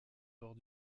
hors